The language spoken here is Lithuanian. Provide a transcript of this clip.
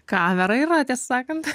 kamera yra tiesa sakant